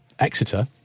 Exeter